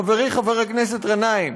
חברי חבר הכנסת גנאים,